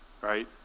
right